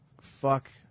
fuck